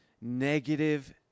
Negative